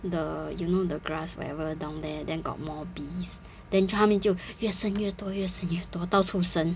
the you know the grass whatever down there then got more bees then 它们就越生越多越生越多到处生